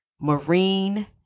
Marine